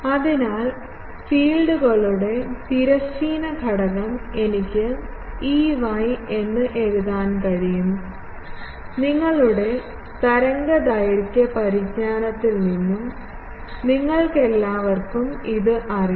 അതിനാൽ ഫീൽഡുകളുടെ തിരശ്ചീന ഘടകം എനിക്ക് Ey എന്ന് എഴുതാൻ കഴിയും നിങ്ങളുടെ തരംഗദൈർഘ്യ പരിജ്ഞാനത്തിൽ നിന്നും നിങ്ങൾക്കെല്ലാവർക്കും ഇത് അറിയാം